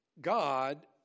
God